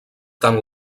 tant